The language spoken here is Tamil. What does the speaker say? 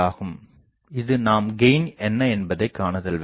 இப்பொழுது நாம்கெயின் என்ன என்பதைக் காணுதல் வேண்டும்